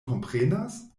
komprenas